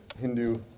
Hindu